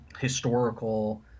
historical